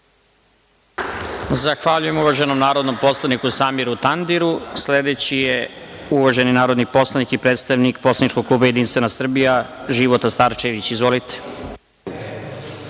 Zahvaljujem uvaženom narodnom poslaniku, Samiru Tandiru. Sledeći je uvaženi narodni poslanik i predstavnik poslaničkog klupa Jedinstvena Srbija, Života Starčević. Izvolite.